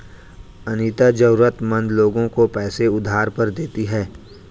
अनीता जरूरतमंद लोगों को पैसे उधार पर देती है